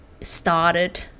started